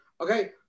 Okay